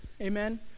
Amen